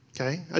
Okay